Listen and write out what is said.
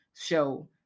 show